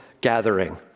gathering